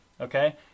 Okay